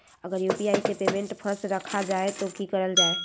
अगर यू.पी.आई से पेमेंट फस रखा जाए तो की करल जाए?